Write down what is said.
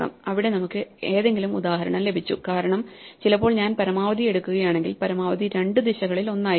അവിടെ നമുക്ക് ഏതെങ്കിലും ഉദാഹരണം ലഭിച്ചു കാരണം ചിലപ്പോൾ ഞാൻ പരമാവധി എടുക്കുകയാണെങ്കിൽ പരമാവധി രണ്ട് ദിശകളിലൊന്നായിരിക്കാം